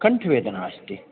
कण्ठवेदना अस्ति